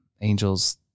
angels